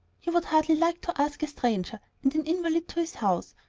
he would hardly like to ask a stranger and an invalid to his house,